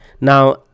now